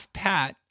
pat